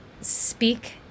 speak